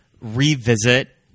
revisit